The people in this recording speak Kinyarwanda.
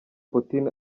putin